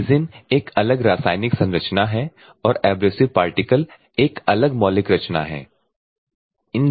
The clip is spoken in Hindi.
रेज़िन एक अलग रासायनिक संरचना है और एब्रेसिव पार्टिकल एक अलग मौलिक रचना है